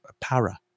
Para